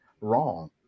wrong